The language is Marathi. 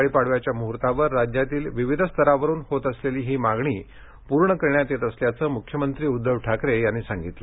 दिवाळी पाडव्याच्या मुहूर्तावर राज्यातील विविध स्तरातून होत असलेली ही मागणी पूर्ण करण्यात येत असल्याचं मुख्यमंत्री उद्धव ठाकरे यांनी सांगितलं